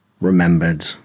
remembered